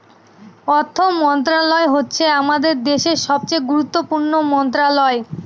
অর্থ মন্ত্রণালয় হচ্ছে আমাদের দেশের সবচেয়ে গুরুত্বপূর্ণ মন্ত্রণালয়